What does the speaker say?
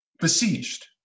besieged